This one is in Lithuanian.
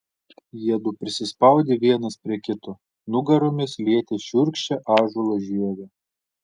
jiedu prisispaudė vienas prie kito nugaromis lietė šiurkščią ąžuolo žievę